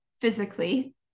physically